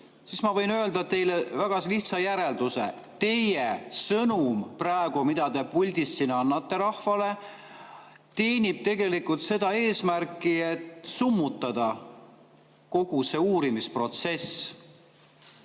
siis ma võin öelda teile väga lihtsa järelduse. Teie sõnum praegu, mida te puldist siin annate rahvale, teenib tegelikult seda eesmärki, et summutada kogu see uurimisprotsess.